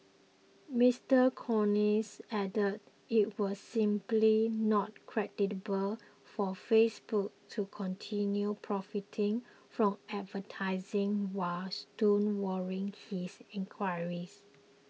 Mister Collins added it was simply not credible for Facebook to continue profiting from advertising while stonewalling his inquiries